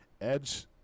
edge